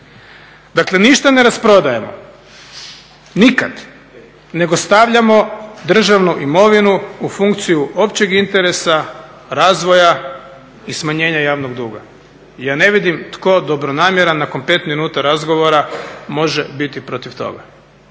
Dakle ništa ne rasprodajemo, nikad, nego stavljamo državnu imovinu u funkciju općeg interesa, razvoja i smanjenja javnog duga. Ja ne vidimo tko dobronamjeran nakon 5 minuta razgovora može biti protiv toga,